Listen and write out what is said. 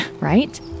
right